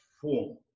form